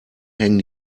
hängen